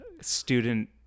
student